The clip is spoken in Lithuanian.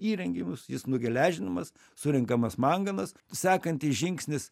įrenginius jis nugeležinamas surenkamas manganas sakantis žingsnis